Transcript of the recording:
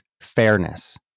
fairness